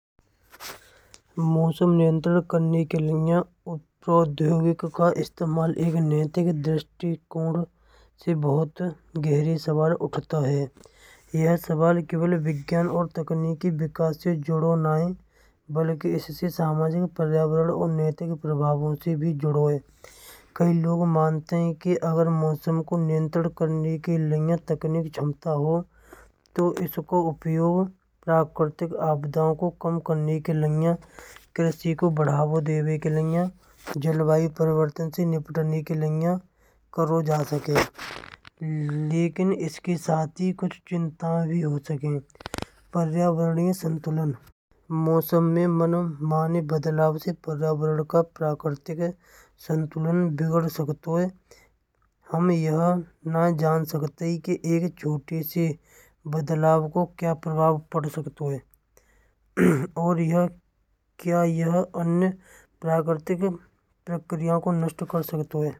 मौसम नियंत्रन करने के लिए औद्योगिक का इस्तेमाल एक नैतिक दृष्टिकोण से बहुत गहरी सवाल उठाता है। यह सवाल केवल विज्ञान और तकनीकी विकास से जोड़ो नए बल के इससे सामाजिक पर्यावरण और नैतिक प्रभावों से भी जड़ो कई लोग मानते हैं। कि अगर मौसम को नियंत्रन करने के लिए तकनीकी क्षमता हो। तो इसको उपयोग प्राकृतिक आपदाओं को कम करने के लिए कृषि को बढ़ावा देने के लिए जलवायु परिवर्तन से निपटाने के लिए करो जा सके। लेकिन इसके साथी कुछ चिंता भी हो सके प्रवर्नयी संतुलन मौसम माने बदलाव से पर्यावरण का प्राकृतिक संतुलन बिगाड़ सकते हैं। हम यह नहीं जान सकते हैं कि एक छोटे स्तर बदलाव का क्या प्रभाव पड़ सकता है। और यह क्या यह अन्य प्राकृतिक प्रक्रियाओं को नष्ट कर सकते हैं।